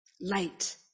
Light